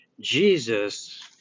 Jesus